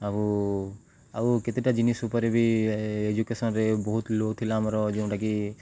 ଆଉ ଆଉ କେତେଟା ଜିନିଷ ଉପରେ ବି ଏଜୁକେସନ୍ରେ ବହୁତ ଲୋ ଥିଲା ଆମର ଯେଉଁଟାକି